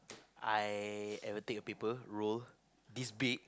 I I will take a paper roll this big